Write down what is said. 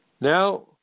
now